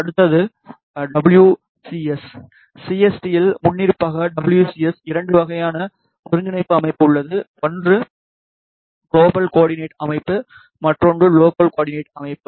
அடுத்தது WCS சிஎஸ்டியில் முன்னிருப்பாக WCS இரண்டு வகையான ஒருங்கிணைப்பு அமைப்பு உள்ளது ஒன்று க்லோபல் கோ ஆர்டினெட் அமைப்பு மற்றொன்று லோக்கல் கோ ஆர்டினெட் அமைப்பு